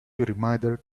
reminder